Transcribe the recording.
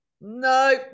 No